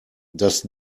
das